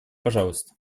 пожалуйста